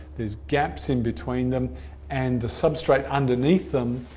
there's gaps in between them and the substrate underneath them,